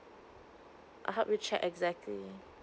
I help you check exactly